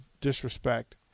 disrespect